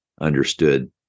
understood